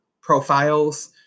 profiles